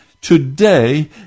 Today